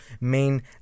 main